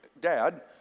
Dad